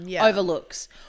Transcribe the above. overlooks